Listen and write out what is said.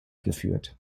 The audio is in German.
geführt